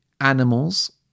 animals